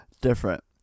Different